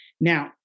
Now